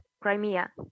Crimea